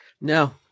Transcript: No